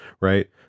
right